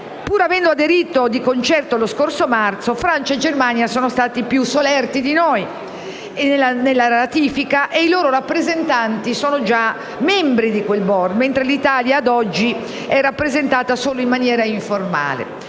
pur avendo aderito di concerto lo scorso marzo, Francia e Germania sono stati più solerti di noi nella ratifica e i loro rappresentanti sono già membri di quel *board*, mentre l'Italia ad oggi è rappresentata solo in maniera informale.